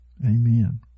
Amen